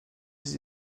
ses